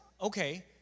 okay